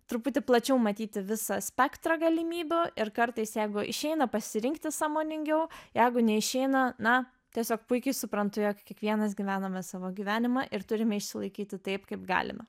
truputį plačiau matyti visą spektrą galimybių ir kartais jeigu išeina pasirinkti sąmoningiau jeigu neišeina na tiesiog puikiai suprantu jog kiekvienas gyvename savo gyvenimą ir turime išsilaikyti taip kaip galime